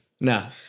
No